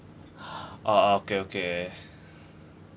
orh okay okay